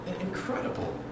incredible